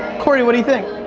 corey what to